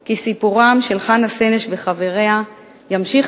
כי סיפורם של חנה סנש וחבריה ימשיך